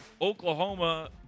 Oklahoma